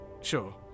sure